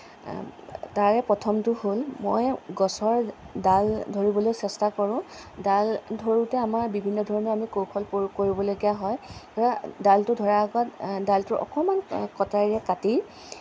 তাৰে প্ৰথমটো হ'ল মই গছৰ ডাল ধৰিবলৈ চেষ্টা কৰোঁ ডাল ধৰোঁতে আমাৰ বিভিন্ন ধৰণৰ আমি কৌশল প্ৰয়োগ কৰিবলগীয়া হয় ডালটো ধৰা আগত ডালটোৰ অকণমান কটাৰীৰে কাটি